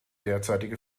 derzeitige